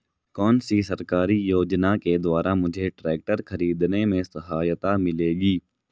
कौनसी सरकारी योजना के द्वारा मुझे ट्रैक्टर खरीदने में सहायता मिलेगी?